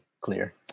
clear